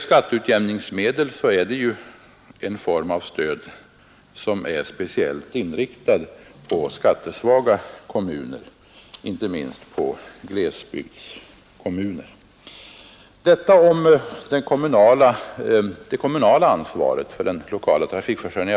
Skatteutjämningsmedlen är ju en form av stöd som är speciellt inriktad på skattesvaga kommuner, inte minst glesbygdskommuner. Detta om det kommunala ansvaret för den lokala trafikförsörjningen.